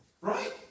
Right